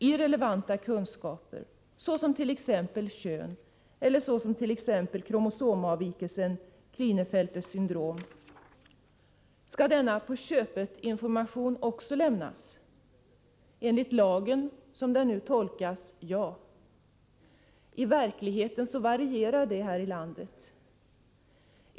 Är relevanta kunskaper exempelvis kännedom om kön eller om kromosomavvikelsen Klinefelters syndrom? Skall denna information ”på köpet” också lämnas? Enligt lagen, som den nu tolkas, är svaret ja. I verkligheten varierar tillämpningen i vårt land.